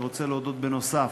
בנוסף,